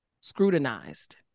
scrutinized